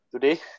today